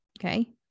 Okay